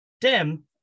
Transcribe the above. Dem